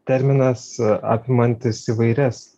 terminas apimantis įvairias